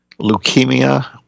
leukemia